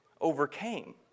overcame